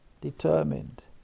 determined